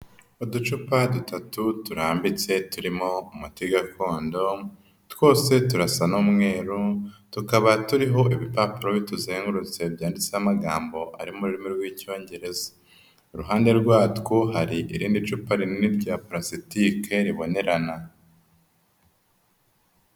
Uducupa dutatu turambitse turimo umuti gakondo, twose turasa n'umweru, tukaba turiho ibipapuro bituzengurutse byanditse amagambo ari mu rurimi rw'Icyongereza. Iruhande rwatwo hari irindi cupa rinini rya parasitike ribonerana.